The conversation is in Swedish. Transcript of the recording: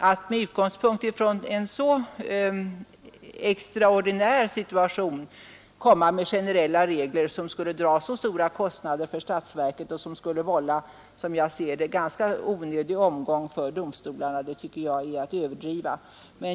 Att med utgångspunkt i en så extraordinär situation införa generella regler som skulle dra så stora kostnader för statsverket och som skulle vålla ganska onödig omgång för domstolarna tycker jag är att överdriva.